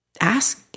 Ask